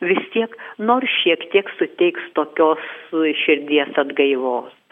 vis tiek nors šiek tiek suteiks tokios širdies atgaivos